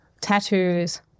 tattoos